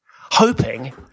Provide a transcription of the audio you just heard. hoping